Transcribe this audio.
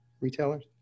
retailers